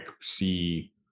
see